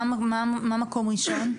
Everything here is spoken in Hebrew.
מה מקום ראשון?